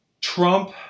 Trump